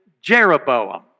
Jeroboam